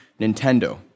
Nintendo